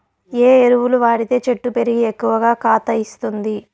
ఏ ఎరువులు వాడితే చెట్టు పెరిగి ఎక్కువగా కాత ఇస్తుంది?